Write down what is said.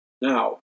Now